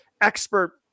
expert